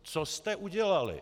Co jste udělali?